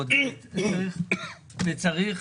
צריך